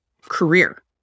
career